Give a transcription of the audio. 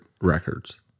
records